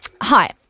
Hi